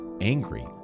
angry